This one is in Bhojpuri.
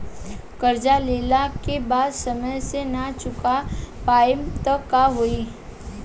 कर्जा लेला के बाद समय से ना चुका पाएम त का होई?